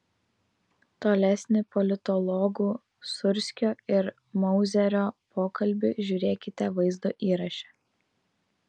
tolesnį politologų sūrskio ir mauzerio pokalbį žiūrėkite vaizdo įraše